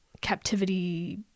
captivity